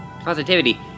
positivity